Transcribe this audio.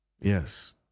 Yes